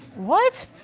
what?